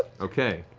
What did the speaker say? okay.